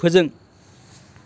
फोजों